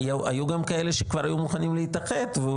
היו גם כאלה שכבר היו מוכנים להתאחד והוא